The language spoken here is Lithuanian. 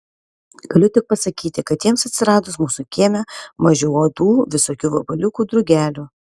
galiu tik pasakyti kad jiems atsiradus mūsų kieme mažiau uodų visokių vabaliukų drugelių